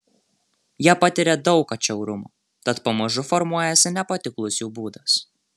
jie patiria daug atšiaurumo tad pamažu formuojasi nepatiklus jų būdas